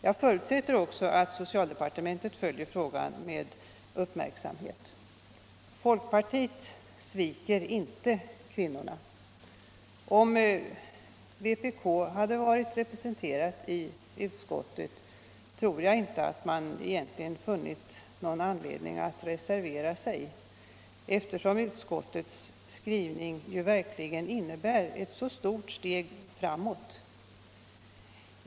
Jag förutsätter också att socialdepartementet följer frågan med uppmärksamhet. Folkpartiet sviker inte kvinnorna. Om vpk hade varit representerat i utskottet tror jag inte att man från den sidan funnit någon anledning att reservera sig, eftersom utskottets skrivning innebär ett så stort steg framåt.